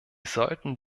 sollten